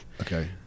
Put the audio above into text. Okay